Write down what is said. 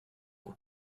will